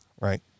right